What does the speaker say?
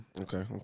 Okay